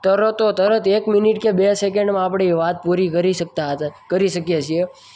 તરતો તરત એક મિનિટ કે બે સેકન્ડમાં આપણી વાત પૂરી શકતા હતા કરી શકીએ છીએ